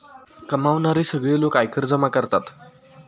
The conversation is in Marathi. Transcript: कमावणारे सगळे लोक आयकर जमा करतात